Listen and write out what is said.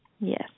Yes